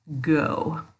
go